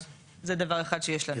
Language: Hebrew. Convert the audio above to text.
זה דבר אחד שיש לנו.